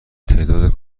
تعداد